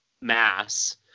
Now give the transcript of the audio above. mass